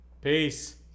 Peace